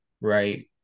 right